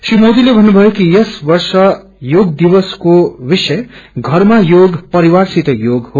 श्री मोदर्ले भन्नुष्यो कियस वर्ष योग दिवको विषय घरमा योग परिवारसित योग हो